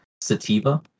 sativa